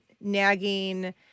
nagging